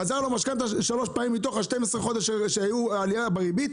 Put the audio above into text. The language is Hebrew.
חזרה לו משכנתה שלוש פעמים מתוך ה-12 חודשים שהיו עלייה בריבית.